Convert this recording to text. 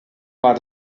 war